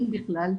אם בכלל,